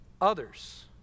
Others